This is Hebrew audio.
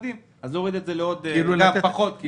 ילדים אז להוריד את זה לסכום נמוך יותר.